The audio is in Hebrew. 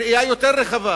ראייה רחבה יותר,